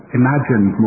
imagine